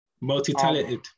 Multi-talented